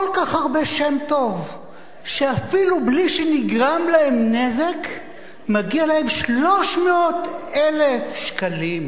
כל כך הרבה שם טוב שאפילו בלי שנגרם להם נזק מגיעים להם 300,000 שקלים.